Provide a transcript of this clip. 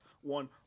one